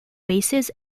bases